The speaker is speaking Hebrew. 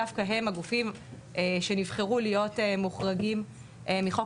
למה דווקא הם הגופים שנבחרו להיות מוחרגים מחוק